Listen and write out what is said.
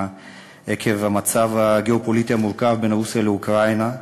עקב המצב הגיאו-פוליטי המורכב בין רוסיה לאוקראינה,